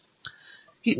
professor